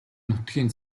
нутгийн